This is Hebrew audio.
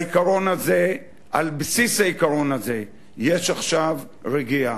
על בסיס העיקרון הזה יש עכשיו רגיעה.